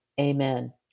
Amen